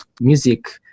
music